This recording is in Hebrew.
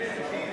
התש"ע 2010,